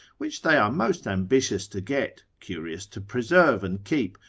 which they are most ambitious to get, curious to preserve and keep,